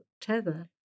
Tether